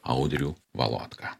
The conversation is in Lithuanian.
audrių valotką